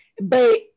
But-